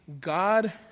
God